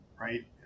right